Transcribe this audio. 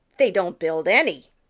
they don't build any.